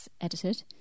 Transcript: edited